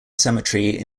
cemetery